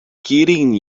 kidding